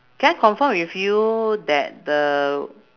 can I confirm with you that the